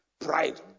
pride